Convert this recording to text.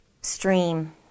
stream